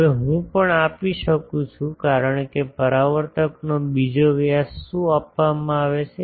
હવે હું પણ આપી શકું છું કારણ કે પરાવર્તકનો બીજો વ્યાસ શું આપવામાં આવે છે